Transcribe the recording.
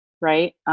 right